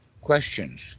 questions